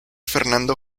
fernando